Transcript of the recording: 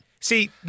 See